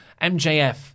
MJF